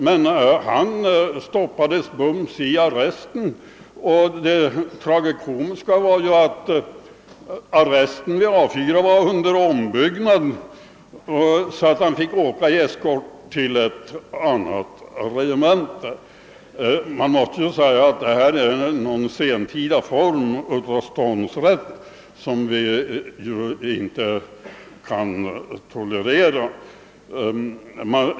Det tragikomiska i det fallet var att arresten vid A 4 höll på att byggas om, och den värnpliktige fick därför under eskort resa till ett annat regemente. Ett sådant förfarande är väl närmast någon sentida form av ståndrätt som vi inte kan tolerera.